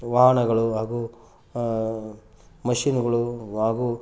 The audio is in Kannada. ವಾಹನಗಳು ಹಾಗು ಮಷಿನುಗಳು ಹಾಗೂ